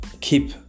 keep